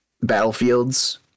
battlefields